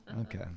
Okay